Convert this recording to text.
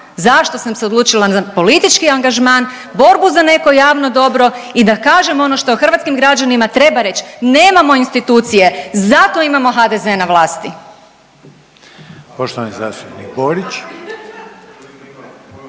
zašto sam se odlučila za politički angažman, borbu za neko javno dobro i da kažem ono što hrvatskim građanima treba reći nemamo institucije, zato imamo HDZ na vlasti.